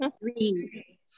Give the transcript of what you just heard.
three